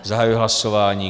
Zahajuji hlasování.